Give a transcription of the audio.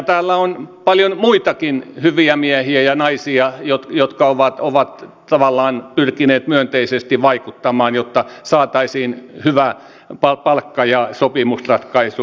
täällä on paljon muitakin hyviä miehiä ja naisia jotka ovat tavallaan pyrkineet myönteisesti vaikuttamaan jotta saataisiin hyvä palkka ja sopimusratkaisu aikaiseksi